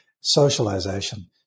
socialization